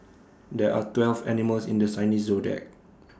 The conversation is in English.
there are twelve animals in this Chinese Zodiac